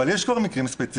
אבל יש כבר מקרים ספציפיים.